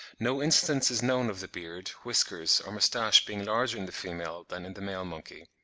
no instance is known of the beard, whiskers, or moustache being larger in the female than in the male monkey.